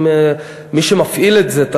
למי שמפעיל את זה,